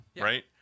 right